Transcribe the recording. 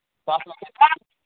سَتھ نَمبر